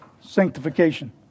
Sanctification